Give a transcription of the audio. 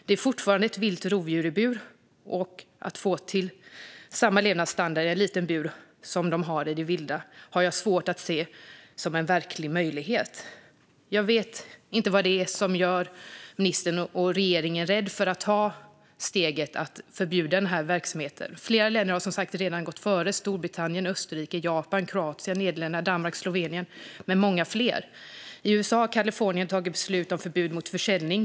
Det är fortfarande ett vilt rovdjur i bur, och att få till samma levnadsstandard i en liten bur som i det vilda har jag svårt att se som en verklig möjlighet. Jag vet inte vad det är som gör ministern och regeringen rädda för att ta steget att förbjuda denna verksamhet. Flera länder har som sagt redan gått före: Storbritannien, Österrike, Japan, Kroatien, Nederländerna, Danmark, Slovenien och många fler. I USA har Kalifornien tagit beslut om förbud mot försäljning.